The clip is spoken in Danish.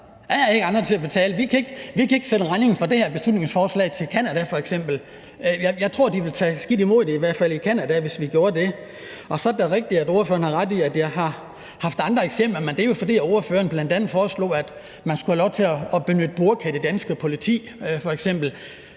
Der er ikke andre til at betale. Vi kan ikke sende regningen for det her beslutningsforslag til Canada f.eks. Jeg tror i hvert fald, at de ville tage skidt imod det i Canada, hvis vi gjorde det. Og så er det da rigtigt, at ordføreren har ret i, at jeg har haft andre eksempler, men det er jo, fordi ordføreren bl.a. foreslog, at man f.eks. skulle have lov til at benytte burka i det danske politi.